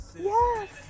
yes